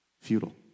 Futile